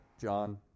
John